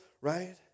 right